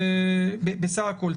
בסך הכול,